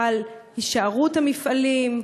על הישארות המפעלים,